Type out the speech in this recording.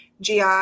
GI